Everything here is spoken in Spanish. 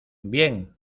bien